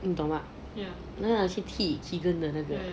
你懂吗那男的去踢他的那个